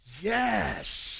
yes